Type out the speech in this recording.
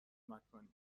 مکانی